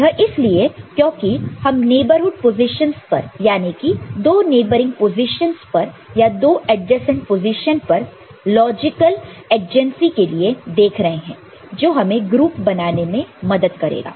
यह इसलिए क्योंकि हम नेबरहुड पोजीशंस पर यानी कि दो नेबरिंग पोजीशन पर या दो एडजेसेंट पोजीशन पर लॉजिकल एडजेंसी के लिए देख रहे हैं जो हमें ग्रुप बनाने में मदद करेगा